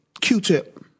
Q-Tip